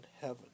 heaven